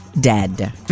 dead